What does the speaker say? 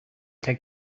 take